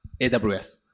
AWS